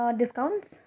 discounts